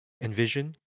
Envision